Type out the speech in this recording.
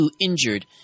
injured